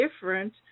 different